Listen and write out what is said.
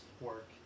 work